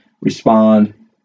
respond